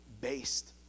based